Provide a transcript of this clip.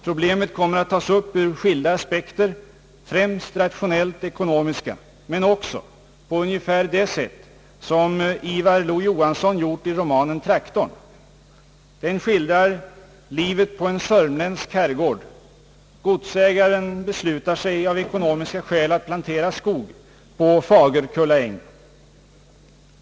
Problemet kommer att tas upp ur skilda aspekter, främst rationellt ekonomiska, men också på ungefär det sätt som Ivar Lo-Johansson gjort i romanen Traktorn. Den skildrar livet på en sörmländsk herrgård. Godsägaren beslutar sig av ekonomiska skäl att plantera skog på Fagerkulla äng.